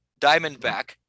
Diamondback